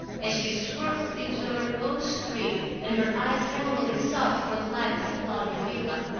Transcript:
as she swerved into her own street and her eyes hungrily sought for the lights of cloudy villa.